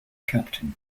captain